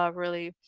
ah really?